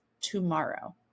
tomorrow